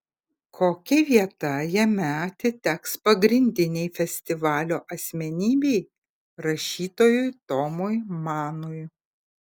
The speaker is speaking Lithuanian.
kokia vieta jame atiteks pagrindinei festivalio asmenybei rašytojui tomui manui